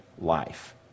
life